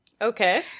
Okay